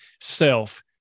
self